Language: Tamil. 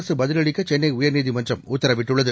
அரசு பதிலளிக்க சென்னை உயர்நீதிமன்றம் உத்தரவிட்டுள்ளது